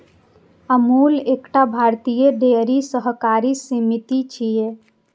अमूल एकटा भारतीय डेयरी सहकारी समिति छियै